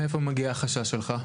מאיפה מגיע החשש שלך?